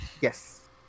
Yes